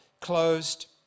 closed